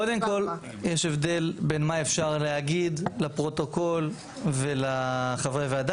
קודם כל יש הבדל בין מה אפשר להגיד לפרוטוקול ולחברי הוועדה